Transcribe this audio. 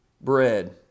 bread